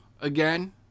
again